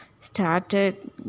started